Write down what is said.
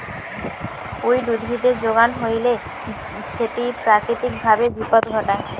weed উদ্ভিদের যোগান হইলে সেটি প্রাকৃতিক ভাবে বিপদ ঘটায়